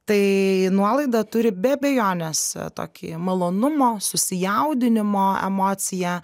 tai nuolaida turi be abejonės tokį malonumo susijaudinimo emociją